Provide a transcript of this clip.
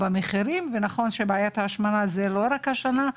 נכון שבעיית ההשמנה לא נוגעת רק לשנה האחרונה,